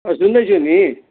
सुन्दैछु नि